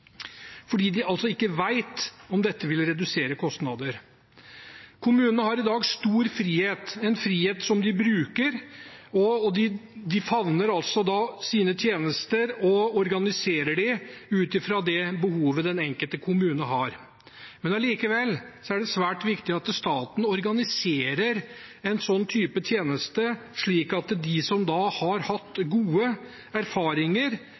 fordi de ikke vet om dette vil redusere kostnader. Kommunene har i dag stor frihet – en frihet som de bruker, og de favner også sine tjenester og organiserer dem ut fra det behovet den enkelte kommune har. Allikevel er det svært viktig at staten organiserer en slik tjeneste, slik at de som har hatt gode erfaringer